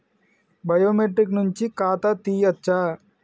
Biometric నుంచి ఖాతా తీయచ్చా?